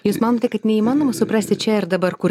jūs manote kad neįmanoma suprasti čia ir dabar kur